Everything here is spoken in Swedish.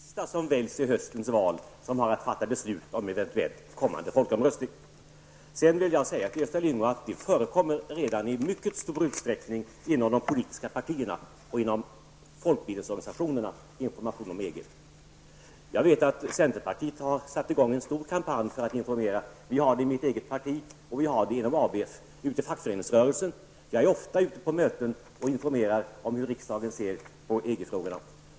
Herr talman! Det var inte korrekt uppfattat. Det är den riksdag som väljs vid höstens val som har att fatta beslut om eventuellt kommande folkomröstning. Jag vill vidare säga till Gösta Lyngå att det redan förekommer i mycket stor utsträckning information om EG inom de politiska partierna och inom folkbildningsorganisationerna. Centerpartiet har satt i gång en stor kampanj för att informera, vi gör det inom mitt eget parti, inom ABF och i fackföreningsrörelsen. Jag är ofta ute på möten och informerar om hur riksdagen ser på EG-frågorna.